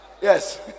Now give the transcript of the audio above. Yes